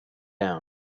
down